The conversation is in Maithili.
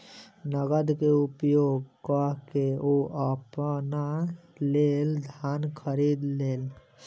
नकद के उपयोग कअ के ओ अपना लेल धान खरीद लेलैन